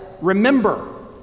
remember